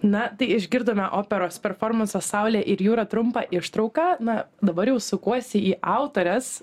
na tai išgirdome operos performanso saulė ir jūra trumpą ištrauką na dabar jau sukuosi į autores